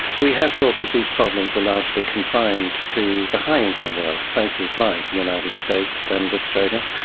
we had thought that these problems were largely confined to the high income world, places like the united states and australia.